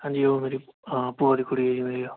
ਹਾਂਜੀ ਉਹ ਮੇਰੀ ਹਾਂ ਭੂਆ ਦੀ ਕੁੜੀ ਹੈ ਜੀ ਮੇਰੀ ਉਹ